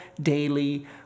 daily